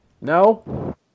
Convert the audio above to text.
No